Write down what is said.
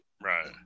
Right